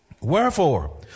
Wherefore